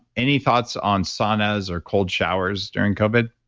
any thoughts on saunas or cold showers during covid?